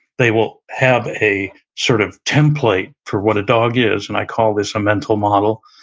they will have a sort of template for what a dog is and i call this a mental model,